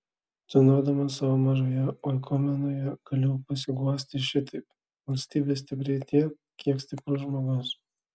tūnodamas savo mažoje oikumenoje galiu pasiguosti šitaip valstybė stipri tiek kiek stiprus žmogus